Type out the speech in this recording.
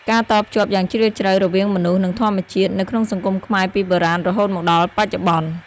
ការតភ្ជាប់យ៉ាងជ្រាលជ្រៅរវាងមនុស្ស និងធម្មជាតិ នៅក្នុងសង្គមខ្មែរពីបុរាណរហូតមកដល់បច្ចុប្បន្ន។